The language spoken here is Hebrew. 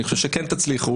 אני חושב שכן תצליחו,